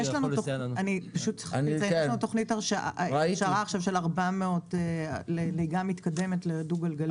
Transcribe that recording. יש לנו תכנית הכשרה עכשיו לנהיגה מתקדמת לדו גלגלי.